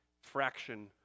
fraction